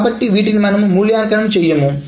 కాబట్టి వీటిని మనము మూల్యాంకనం చెయ్యము